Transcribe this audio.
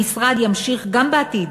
המשרד ימשיך גם בעתיד